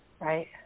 right